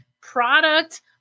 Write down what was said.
product